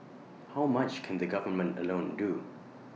how much can the government alone do